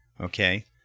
okay